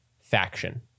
faction